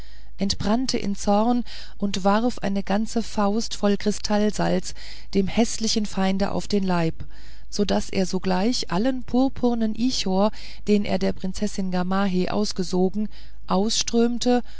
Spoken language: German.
entbrannte in zorn und warf eine ganze faust voll kristallsalz dem häßlichen feinde auf den leib so daß er sogleich allen purpurnen ichor den er der prinzessin gamaheh ausgesogen ausströmte